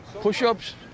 push-ups